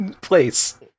place